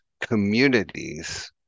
communities